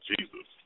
Jesus